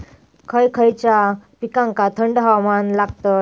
खय खयच्या पिकांका थंड हवामान लागतं?